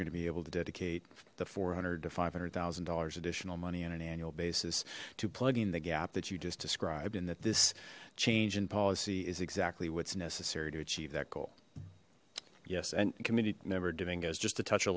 gonna be able to dedicate the four hundred to five hundred thousand dollars additional money on an annual basis to plugging the gap that you just described and that this change in policy is exactly what's necessary to achieve that goal yes and committee member dominguez just to touch a